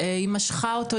"היא משכה אותו",